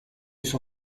suo